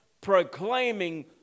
proclaiming